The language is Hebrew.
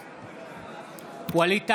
בעד ווליד טאהא,